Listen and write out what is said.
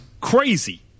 crazy